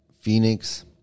Phoenix